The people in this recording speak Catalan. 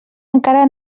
encara